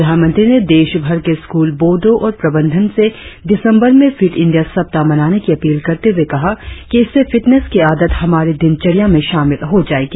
प्रधानमंत्री ने देश भर के स्कूल बोर्डो और प्रबंधन से दिसंबर में फिट इंडिया सप्ताह मनाने की अपील करते हुए कहा कि इससे फिटनेस की आदत हमारी दिनचर्या में शामिल हो जायेगी